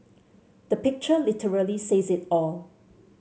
the picture literally says it all